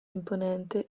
imponente